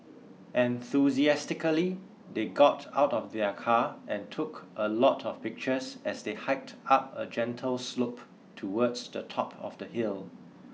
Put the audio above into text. enthusiastically they got out of their car and took a lot of pictures as they hiked up a gentle slope towards the top of the hill